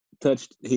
touched